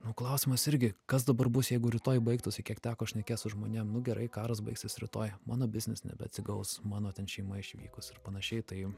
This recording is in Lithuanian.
nu klausimas irgi kas dabar bus jeigu rytoj baigtųsi kiek teko šnekėt su žmonėm nu gerai karas baigsis rytoj mano biznis nebeatsigaus mano šeima išvykus ir panašiai tai